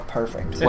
perfect